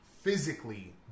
Physically